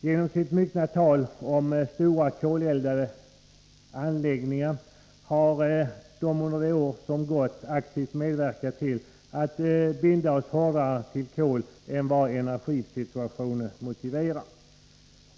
Genom sitt myckna tal om stora koleldade anläggningar har de under det år som gått aktivt medverkat till att binda oss hårdare till kol än vad energisituationen motiverar.